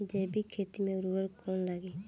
जैविक खेती मे उर्वरक कौन लागी?